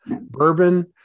bourbon